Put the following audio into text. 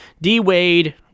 D-Wade